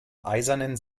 eisernen